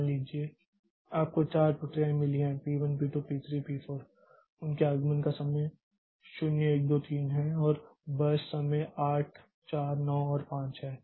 मान लीजिए आपको चार प्रक्रियाएं मिली हैं पी 1 पी 2 पी 3 पी 4 उनके आगमन का समय 0 1 2 3 है और बर्स्ट समय 8 4 9 और 5 है